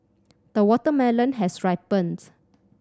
the watermelon has ripened